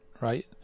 right